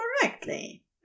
correctly